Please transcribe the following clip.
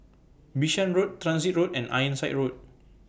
Bishan Road Transit Road and Ironside Road